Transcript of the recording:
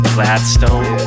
Gladstone